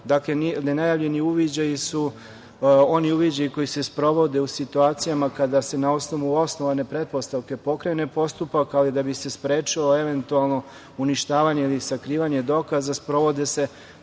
nenajavljeni uviđaji su oni uviđaji koji se sprovode u situacijama kada se na osnovu osnovane pretpostavke pokrene postupak, kao i da bi se sprečilo eventualno uništavanje ili sakrivanje dokaza, sprovode se